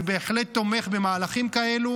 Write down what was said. אני בהחלט תומך במהלכים כאלו,